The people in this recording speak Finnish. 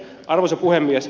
arvoisa puhemies